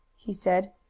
he said.